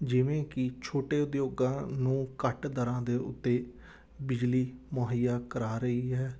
ਜਿਵੇਂ ਕਿ ਛੋਟੇ ਉਦਯੋਗਾਂ ਨੂੰ ਘੱਟ ਦਰਾਂ ਦੇ ਉੱਤੇ ਬਿਜਲੀ ਮੁਹੱਈਆ ਕਰਵਾ ਰਹੀ ਹੈ